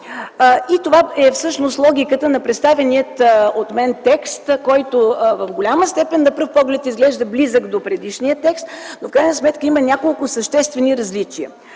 Това всъщност е логиката на представения от мен текст, който в голяма степен на пръв поглед изглежда близък до предишния текст, но в крайна сметка има няколко съществени различия.